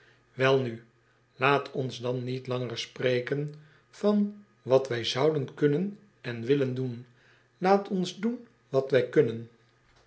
elnu laat ons dan niet langer spreken van wat wij zouden kunnen en willen doen laat ons doen wat wij kunnen